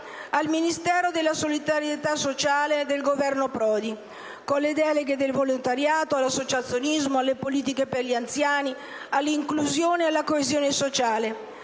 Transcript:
al Ministero della solidarietà sociale del Governo Prodi, con le deleghe al volontariato, all'associazionismo, alle politiche per gli anziani, all'inclusione e alla coesione sociale,